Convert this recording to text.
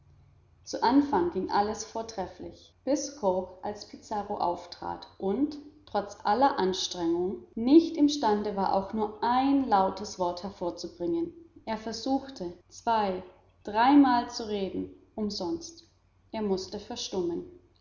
zu anfang ging alles vortrefflich bis cooke als pizarro auftrat und trotz aller anstrengung nicht imstande war auch nur ein lautes wort hervorzubringen er versuchte zwei drei mal zu reden umsonst er mußte verstummen